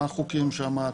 מה החוקים שם,